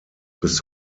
bis